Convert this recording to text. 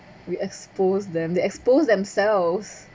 we exposed them they exposed themselves